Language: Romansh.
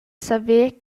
saver